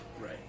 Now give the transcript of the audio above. Right